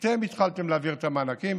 אתם התחלתם להעביר את המענקים.